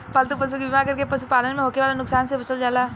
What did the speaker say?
पालतू पशु के बीमा कर के पशुपालन में होखे वाला नुकसान से बचल जाला